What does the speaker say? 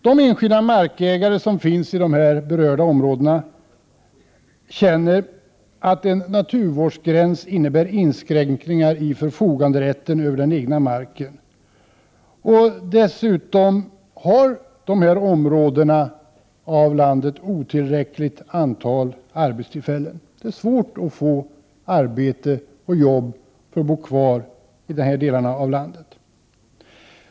De enskilda markägarna inom de berörda områdena känner att en naturvårdsgräns innebär inskränkningar i förfoganderätten över den egna marken. Dessutom har de här områdena av landet otillräckligt antal arbetstillfällen. Det är svårt att få arbete så att man kan bo kvari de här delarna av landet.